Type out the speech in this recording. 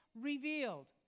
revealed